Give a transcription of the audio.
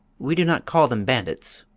we do not call them bandits.